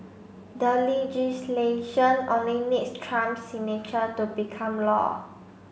the legislation only needs Trump's signature to become law